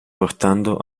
portando